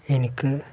എനിക്ക്